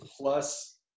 plus